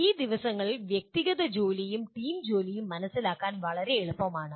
ഈ ദിവസങ്ങളിൽ വ്യക്തിഗതജോലിയും ടീംജോലിയും മനസിലാക്കാൻ വളരെ എളുപ്പമാണ്